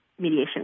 mediation